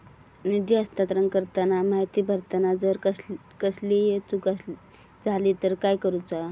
निधी हस्तांतरण करताना माहिती भरताना जर कसलीय चूक जाली तर काय करूचा?